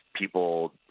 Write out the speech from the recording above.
people